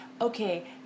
okay